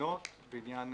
הבחינות ועניין